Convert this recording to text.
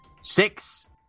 Six